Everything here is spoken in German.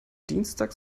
dienstag